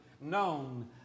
known